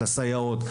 לסייעות,